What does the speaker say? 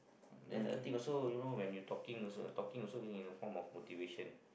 then I think also you know when you talking also I talking also you know a form of motivation